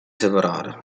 separare